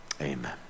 Amen